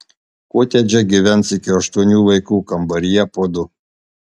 kotedže gyvens iki aštuonių vaikų kambaryje po du